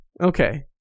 Okay